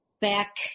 back